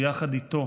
שיחד איתו